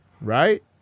right